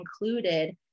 included